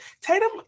Tatum